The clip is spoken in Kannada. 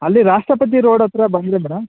ಅಲ್ಲಿ ರಾಷ್ಟ್ರಪತಿ ರೋಡ್ ಹತ್ತಿರ ಬಂದಿದ್ರಾ